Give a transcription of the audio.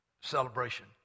celebration